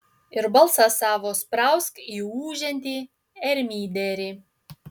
ir balsą savo sprausk į ūžiantį ermyderį